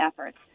efforts